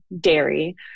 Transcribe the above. dairy